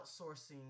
outsourcing